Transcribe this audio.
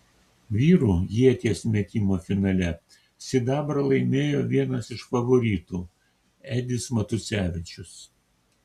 vyrų ieties metimo finale sidabrą laimėjo vienas iš favoritų edis matusevičius